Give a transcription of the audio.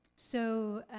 so,